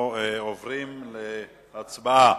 עוברים להצבעה.